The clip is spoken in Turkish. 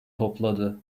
topladı